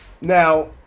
now